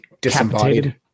disembodied